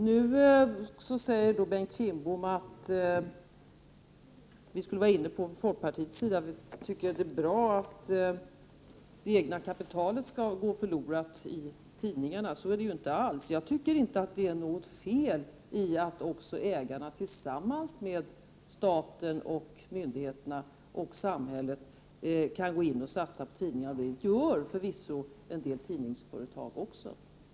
Nu säger Bengt Kindbom att vi från folkpartiet tycker att det är bra att det egna kapitalet går förlorat i tidningarna. Så är det inte alls. Men jag tycker inte det är något fel i att också ägarna tillsammans med staten och myndigheterna i samhället går in och satsar på tidningarna. Detta gör förvisso en del tidningsföretag.